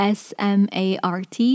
s-m-a-r-t